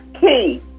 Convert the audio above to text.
key